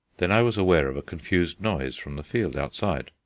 then i was aware of a confused noise from the field outside.